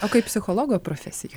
o kaip psichologo profesija